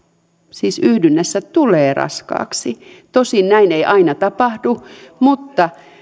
siis yhdynnässä tulee raskaaksi tosin näin ei aina tapahdu mutta